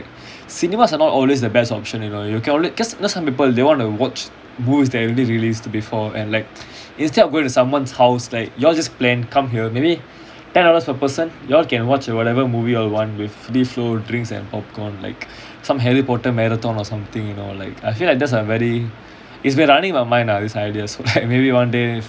cinemas are not always the best option you know you can only caus~ cause some people they want to watch movies that released before and like instead of going to someone's house like you all just plan come here maybe ten dollars per person you all can watch or whatever movie you all want with free flow drinks and popcorn like some harry potter marathon or something you know like I feel like that's a very it's been running in my mind lah this idea so like maybe one day